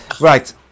Right